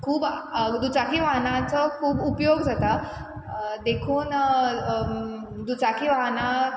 खूब दुचाकी वाहनाचो खूब उपयोग जाता देखून दुचाकी वाहाना